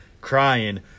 crying